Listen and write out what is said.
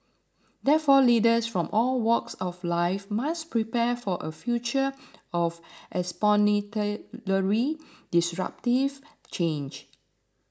therefore leaders from all walks of life must prepare for a future of exponentially disruptive change